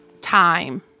Time